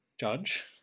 Judge